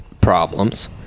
problems